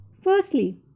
Firstly